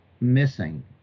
missing